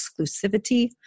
exclusivity